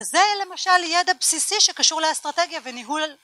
זה למשל ידע בסיסי שקשור לאסטרטגיה וניהול